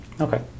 Okay